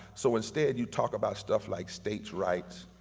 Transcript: so instead you talk about stuff like states rights,